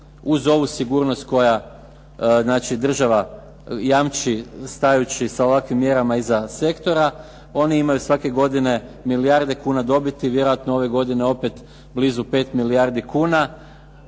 uz ovu sigurnost koja znači država jamči stajući sa ovakvim mjerama iza sektora, oni imaju svake godine milijarde kuna dobiti i vjerojatno ove godine opet blizu 5 milijardi kuna.